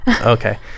Okay